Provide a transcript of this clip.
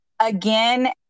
Again